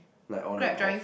like on and off